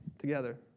together